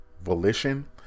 Volition